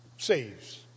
saves